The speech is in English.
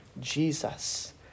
Jesus